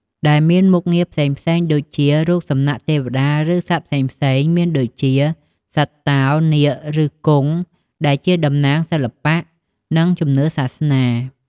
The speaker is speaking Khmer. ដែលមានមុខងារផ្សេងៗដូច រូបសំណាកទេវតា ឬសត្វផ្សេងៗ មានដូចជា សត្វតោ នាគ ឬគង់ ដែលជាតំណាងសិល្បៈ និងជំនឿសាសនា។